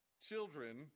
children